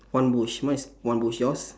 one bush mine is one bush yours